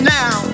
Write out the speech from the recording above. now